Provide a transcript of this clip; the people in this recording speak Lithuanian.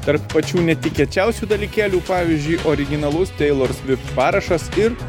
tarp pačių netikėčiausių dalykėlių pavyzdžiui originalus taylor swift parašas ir